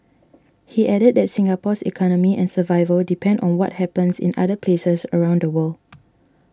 he added that Singapore's economy and survival depend on what happens in other places around the world